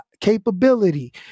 capability